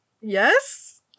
Yes